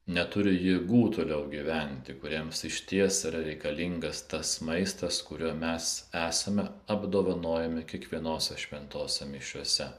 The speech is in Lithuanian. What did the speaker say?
neturi jėgų toliau gyventi kuriems išties yra reikalingas tas maistas kuriuo mes esame apdovanojami kiekvienose šventose mišiose